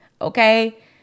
Okay